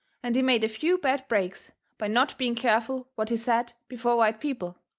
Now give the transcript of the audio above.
and he made a few bad breaks by not being careful what he said before white people.